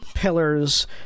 Pillars